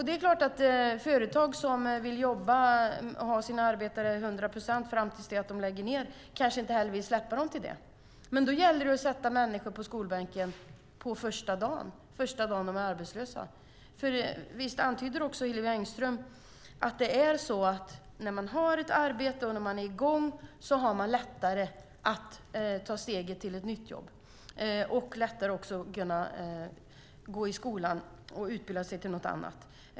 De företag som vill ha sina arbetare till 100 procent tills de lägger ned kanske inte vill släppa i väg dem, men då gäller det att sätta människor i skolbänken första dagen som de är arbetslösa. För visst antyder också Hillevi Engström att när man har ett arbete och när man är i gång har man lättare att ta steget till ett nytt jobb och lättare också att utbilda sig till något annat?